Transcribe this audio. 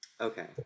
Okay